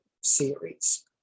series